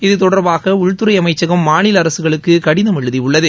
இதுதொடர்பாக உள்துறை அமைச்சகம் மாநில அரசுகளுக்கு கடிதம் எழுதியுள்ளது